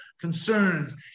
concerns